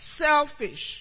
Selfish